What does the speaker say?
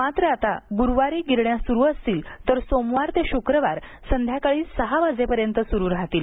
मात्र आता गुरुवारी गिरण्या सुरू असतील तर सोमवार ते शुक्रवार संध्याकाळी सहा वाजेपर्यंत सुरू राहतील